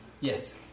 Yes